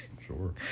Sure